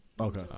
Okay